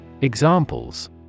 Examples